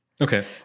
Okay